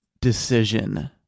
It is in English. decision